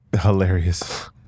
Hilarious